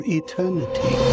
eternity